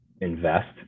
invest